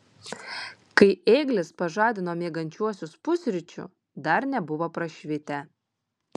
kai ėglis pažadino miegančiuosius pusryčių dar nebuvo prašvitę